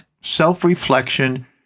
self-reflection